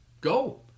go